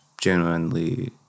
genuinely